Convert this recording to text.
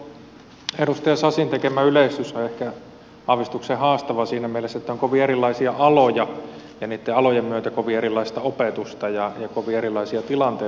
tuo edustaja sasin tekemä yleistys on ehkä aavistuksen haastava siinä mielessä että on kovin erilaisia aloja ja niitten alojen myötä kovin erilaista opetusta ja kovin erilaisia tilanteita ja opiskelijoita